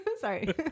sorry